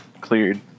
cleared